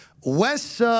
Wes